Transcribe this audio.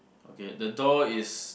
okay the door is